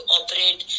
operate